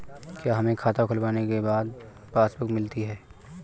क्या हमें खाता खुलवाने के बाद पासबुक मिलती है?